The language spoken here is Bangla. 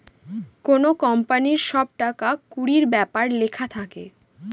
কোনো কোম্পানির সব টাকা কুড়ির ব্যাপার লেখা থাকে